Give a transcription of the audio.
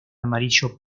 amarillo